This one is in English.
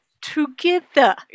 together